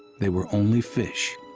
there were only fish.